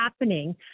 happening